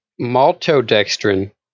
maltodextrin